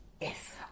Yes